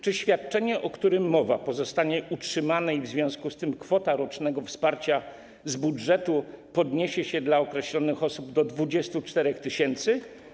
Czy świadczenie, o którym mowa, pozostanie utrzymane i w związku z tym kwota rocznego wsparcia z budżetu podniesie się dla określonych osób do 24 tys.